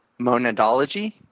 monadology